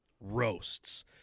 roasts